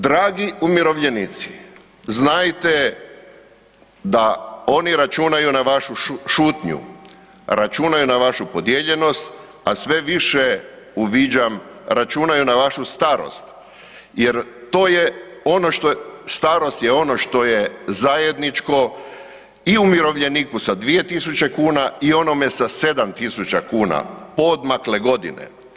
Dragi umirovljenici, znajte da oni računaju na vašu šutnju, računaju na vašu podijeljenost a sve više uviđam, računaju na vašu starost jer starost je ono što je zajedničko i umirovljeniku sa 2000 kn i onome sa 7000 kuna, poodmakle godine.